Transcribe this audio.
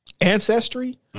ancestry